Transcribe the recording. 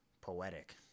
poetic